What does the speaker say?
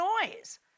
noise